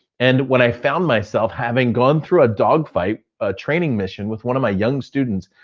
and when i found myself having gone through a dog fight training mission with one of my young students,